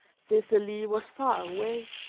sicily was far away,